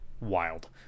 wild